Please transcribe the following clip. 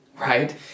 right